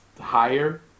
higher